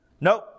Nope